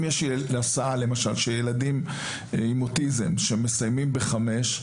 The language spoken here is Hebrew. אם יש הסעה של ילדים עם אוטיזם שמסיימים בשעה חמש,